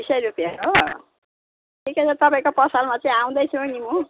बिसै रुपियाँ हो ठिकै छ तपाईँको पसलमा चाहिँ आउँदैछु नि म